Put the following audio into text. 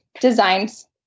designs